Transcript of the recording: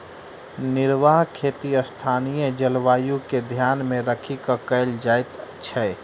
निर्वाह खेती स्थानीय जलवायु के ध्यान मे राखि क कयल जाइत छै